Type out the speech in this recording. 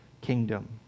kingdom